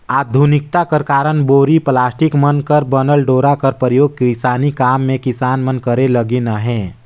आधुनिकता कर कारन बोरी, पलास्टिक मन कर बनल डोरा कर परियोग किसानी काम मे किसान मन करे लगिन अहे